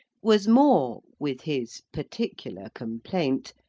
was more, with his particular complaint,